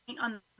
on